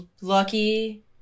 lucky